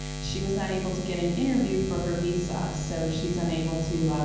she was not able to get an interview for her visa. so she's unable to,